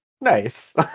nice